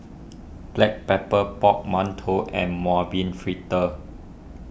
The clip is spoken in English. Black Pepper Pork Mantou and Mung Bean Fritters